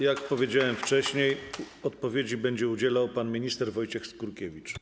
Jak powiedziałem wcześniej, odpowiedzi będzie udzielał pan minister Wojciech Skurkiewicz.